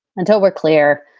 until we're clear,